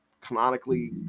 canonically